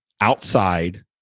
outside